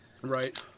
Right